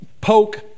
poke